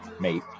mate